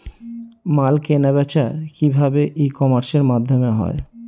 মাল কেনাবেচা কি ভাবে ই কমার্সের মাধ্যমে হয়?